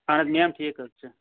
اہن حظ میم ٹھیٖک حظ چھِ